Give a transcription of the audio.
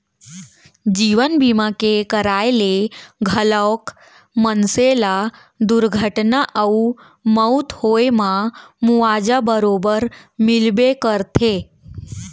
जीवन बीमा के कराय ले घलौक मनसे ल दुरघटना अउ मउत होए म मुवाजा बरोबर मिलबे करथे